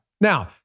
Now